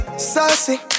Saucy